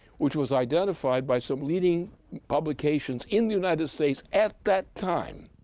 which was identified by some leading obligations in the united states at that time.